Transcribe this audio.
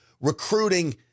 recruiting